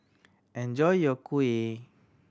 enjoy your kuih